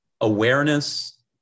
Awareness